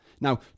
Now